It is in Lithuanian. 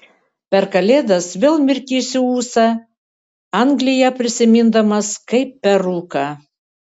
per kalėdas vėl mirkysiu ūsą angliją prisimindamas kaip per rūką